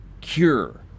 Cure